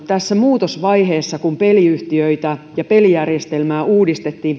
tässä muutosvaiheessa kun peliyhtiöitä ja pelijärjestelmää uudistettiin